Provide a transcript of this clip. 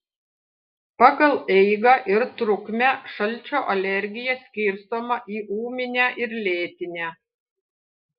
pagal eigą ir trukmę šalčio alergija skirstoma į ūminę ir lėtinę